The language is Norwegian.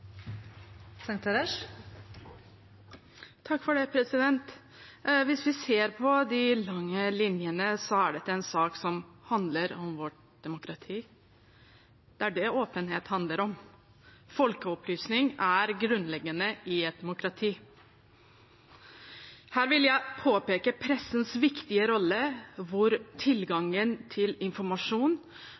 dette en sak som handler om vårt demokrati. Det er det åpenhet handler om. Folkeopplysning er grunnleggende i et demokrati. Her vil jeg påpeke pressens viktige rolle – hvor tilgangen til informasjon